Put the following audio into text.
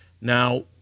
Now